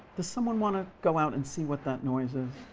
does someone want to go out and see what that noise is?